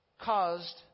caused